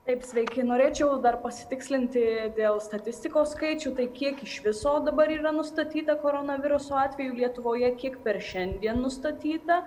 taip sveiki norėčiau dar pasitikslinti dėl statistikos skaičių tai kiek iš viso dabar yra nustatyta koronaviruso atvejų lietuvoje kiek per šiandien nustatyta